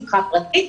משפחה פרטית,